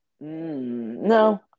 No